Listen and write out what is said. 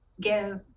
give